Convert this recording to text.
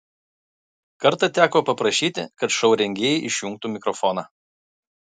kartą teko paprašyti kad šou rengėjai išjungtų mikrofoną